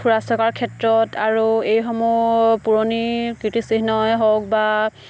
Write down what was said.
ফুৰা চকাৰ ক্ষেত্ৰত আৰু এইসমূহ পুৰণি কীৰ্তিচিহ্নই হওক বা